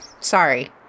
sorry